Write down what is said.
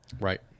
right